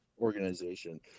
organization